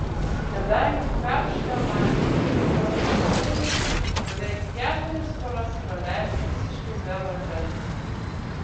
kadangi karštą vandenį jie ruošia boileriu beveik keturias paras praleido visiškai be vandens